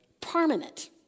Permanent